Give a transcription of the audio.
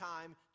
time